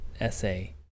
essay